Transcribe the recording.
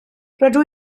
rydw